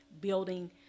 building